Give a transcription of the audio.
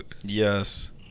Yes